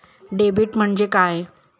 Debit म्हणजे काय?